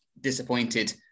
Disappointed